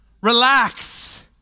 Relax